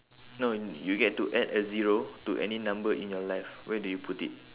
no you get to add a zero to any number in your life where do you put it